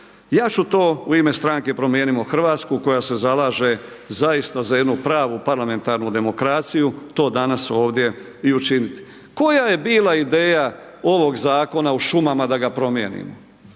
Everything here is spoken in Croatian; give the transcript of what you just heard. Ja ću to u ime stranke Promijenimo Hrvatsku, koja se zalaže zaista za jednu pravu parlamentarnu demokraciju, to danas ovdje i učiniti. Koja je bila ideja ovog Zakona o šumama da ga promijenim?